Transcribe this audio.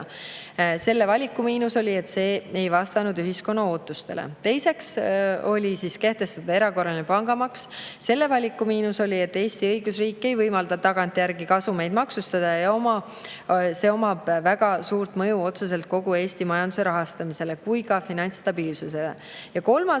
Selle valiku miinus oli, et see ei vastanud ühiskonna ootustele. Teine valik oli kehtestada erakorraline pangamaks. Selle valiku miinus oli, et Eesti õigusriik ei võimalda tagantjärgi kasumeid maksustada. See omaks väga suurt mõju otseselt kogu Eesti majanduse rahastamisele ja ka finantsstabiilsusele. Ja kolmas